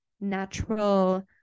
Natural